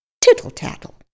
Tittle-tattle